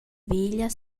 veglia